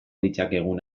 ditzakegun